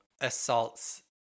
assaults